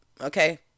okay